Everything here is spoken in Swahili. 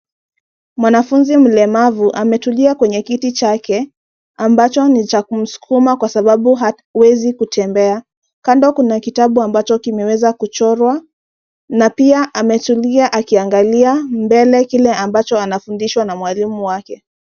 Mwanafunzi mlemavu ametulia kwenye kiti chake ambacho ni cha kumsukuma kwa sababu hawezi kutembea. Kando kuna kitabu ambacho kimeweza kuchorwa na pia ametulia akiangalia mbele kile ambacho anafundishwa na mwalimu wake.